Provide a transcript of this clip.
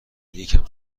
یکم